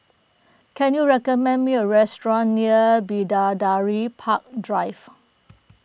can you recommend me a restaurant near Bidadari Park Drive